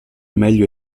meglio